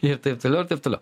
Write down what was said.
ir taip toliau ir taip toliau